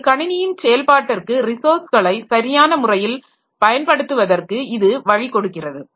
ஒரு கணினியின் செயல்பாட்டிற்கு ரிசோர்ஸ்களை சரியான முறையில் பயன்படுத்துவதற்கு இது வழி கொடுக்கிறது